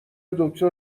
دکتر